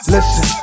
Listen